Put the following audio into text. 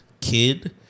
kid